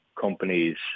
companies